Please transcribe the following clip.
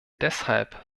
deshalb